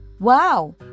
Wow